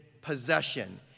possession